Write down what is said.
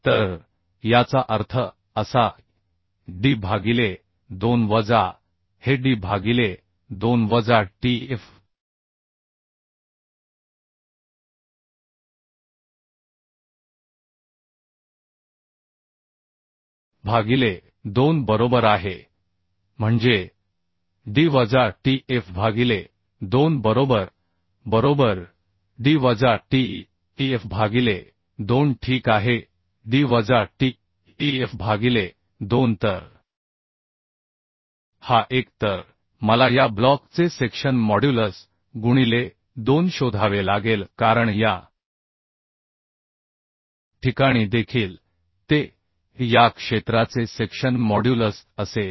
तर याचा अर्थ असा की d भागिले 2 वजा हे d भागिले 2 वजा t f भागिले 2 बरोबर आहे म्हणजे d वजा t f भागिले 2 बरोबर बरोबर d वजा t f भागिले 2 ठीक आहे d वजा t f भागिले 2 तर हा एक तर मला या ब्लॉकचे सेक्शन मॉड्युलस गुणिले 2 शोधावे लागेल कारण या ठिकाणी देखील ते या क्षेत्राचे सेक्शन मॉड्युलस असेल